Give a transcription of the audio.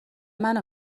منو